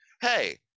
hey